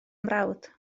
mrawd